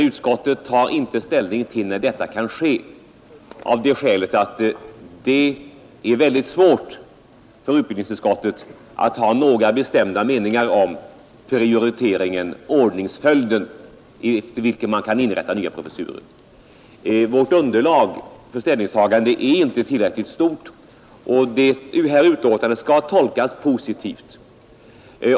Utskottet tar emellertid inte ställning till när detta kan ske, av det skälet att det är väldigt svårt för utbildningsutskottet att ha några bestämda meningar om den ordningsföljd i vilken man kan inrätta nya professurer. Vårt underlag för ställningstagande är inte tillräckligt. Det här betänkandet skall tolkas positivt.